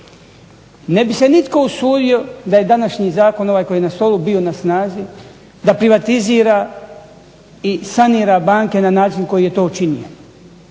Ne bi se nitko usudio da je ovaj današnji zakon koji je na stolu bio na snazi da privatizira i sanira banke na način na koji je to učinio,